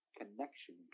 connection